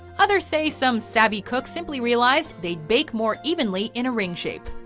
others say, some savvy cook simply realized, they bake more evenly in a ring shape.